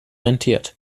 rentiert